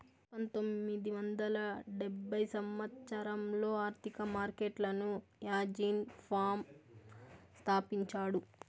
పంతొమ్మిది వందల డెబ్భై సంవచ్చరంలో ఆర్థిక మార్కెట్లను యాజీన్ ఫామా స్థాపించాడు